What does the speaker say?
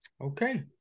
okay